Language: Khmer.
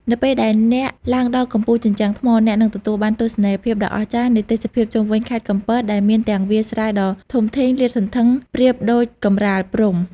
នៅពេលដែលអ្នកឡើងដល់កំពូលជញ្ជាំងថ្ម អ្នកនឹងទទួលបានទស្សនីយភាពដ៏អស្ចារ្យនៃទេសភាពជុំវិញខេត្តកំពតដែលមានទាំងវាលស្រែដ៏ធំធេងលាតសន្ធឹងប្រៀបដូចកម្រាលព្រំ។